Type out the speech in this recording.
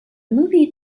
movie